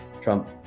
Trump